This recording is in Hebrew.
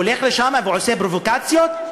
הולך לשם ועושה פרובוקציות?